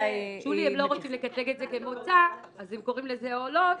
הם לא רוצים לקטלג את כמוצא אז הם קוראים לזה עולות.